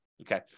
Okay